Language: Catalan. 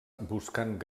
buscant